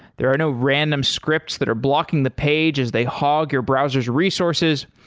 there are no random scripts that are blocking the page as they hog your browser s resources.